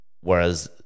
Whereas